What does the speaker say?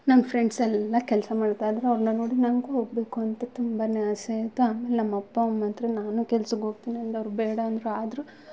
ನನ್ನ ಫ್ರೆಂಡ್ಸ್ ಎಲ್ಲ ಕೆಲಸ ಮಾಡ್ತಾಯಿದ್ರೆ ಅವ್ರುನ್ನ ನೋಡಿ ನಂಗೂ ಹೋಗ್ಬೇಕು ಅಂತ ತುಂಬಾ ಆಸೆ ಆಯಿತು ಆಮೇಲೆ ನಮ್ಮ ಅಪ್ಪ ಅಮ್ಮ ಹತ್ರ ನಾನು ಕೆಲ್ಸಕ್ ಹೋಗ್ತಿನಿ ಅಂದೆ ಅವ್ರು ಬೇಡ ಅಂದ್ರು ಆದರೂ